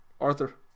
Arthur